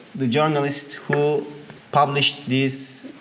the journalist who published these